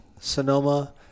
sonoma